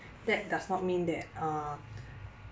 that does not mean that uh